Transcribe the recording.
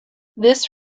this